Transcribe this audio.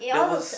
there was